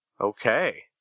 Okay